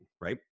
right